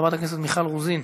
חברת הכנסת מיכל רוזין,